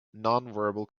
nonverbal